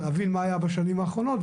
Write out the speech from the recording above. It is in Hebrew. להבין מה היה בשנים האחרונות,